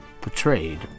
Portrayed